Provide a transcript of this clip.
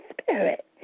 Spirit